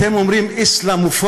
אתם אומרים אסלאמופוביה?